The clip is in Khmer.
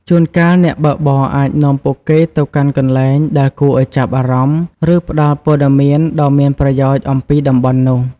ជួនកាល អ្នកបើកបរអាចនាំពួកគេទៅកាន់កន្លែងដែលគួរឱ្យចាប់អារម្មណ៍ ឬផ្ដល់ព័ត៌មានដ៏មានប្រយោជន៍អំពីតំបន់នោះ។